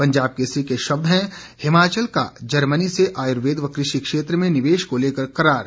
पंजाब केसरी के शब्द हैं हिमाचल का जर्मनी से आयुर्वेद व कृषि क्षेत्र में निवेश को लेकर करार